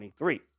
2023